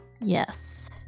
Yes